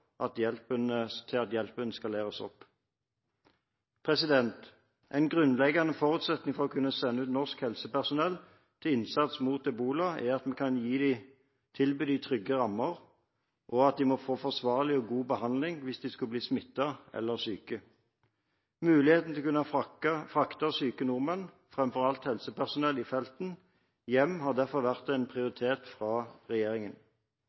til at hjelpen skaleres opp. En grunnleggende forutsetning for å kunne sende ut norsk helsepersonell til innsats mot ebola er at vi kan tilby dem trygge rammer, og at de må få forsvarlig og god behandling hvis de skulle bli smittet eller syke. Muligheten til å kunne frakte syke nordmenn – framfor alt helsepersonell i felten – hjem har derfor vært en prioritet fra regjeringen.